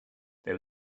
there